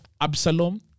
Absalom